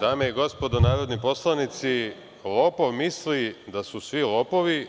Dame i gospodo narodni poslanici, lopov misli da su svi lopovi,